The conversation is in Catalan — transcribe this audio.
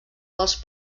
dels